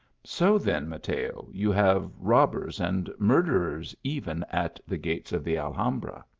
so then, mateo, you have robbers and murder ers even at the gates of the alhambra.